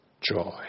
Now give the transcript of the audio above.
joy